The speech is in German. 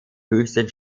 höchsten